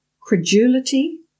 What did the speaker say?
credulity